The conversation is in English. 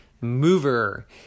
mover